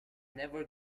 never